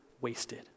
wasted